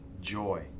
Joy